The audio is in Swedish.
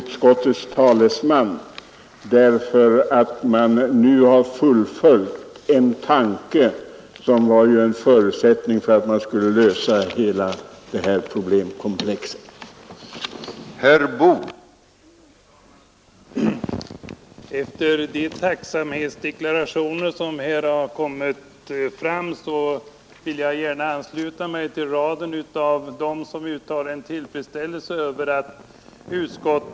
Jag skall be att få framföra ett tack till utskottets talesman därför att man nu har fullföljt en tanke som var en förutsättning för att hela detta problemkomplex skulle kunna lösas.